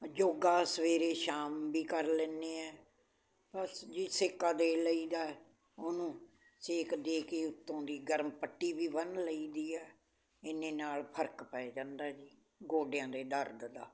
ਯੋਗਾ ਸਵੇਰੇ ਸ਼ਾਮ ਵੀ ਕਰ ਲੈਂਦੇ ਹਾਂ ਬਸ ਜੀ ਸੇਕਾ ਦੇ ਲਈਦਾ ਉਹਨੂੰ ਸੇਕ ਦੇ ਕੇ ਉੱਤੋਂ ਦੀ ਗਰਮ ਪੱਟੀ ਵੀ ਬੰਨ ਲਈਦੀ ਆ ਇੰਨੇ ਨਾਲ ਫਰਕ ਪੈ ਜਾਂਦਾ ਜੀ ਗੋਡਿਆਂ ਦੇ ਦਰਦ ਦਾ